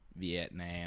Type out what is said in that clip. vietnam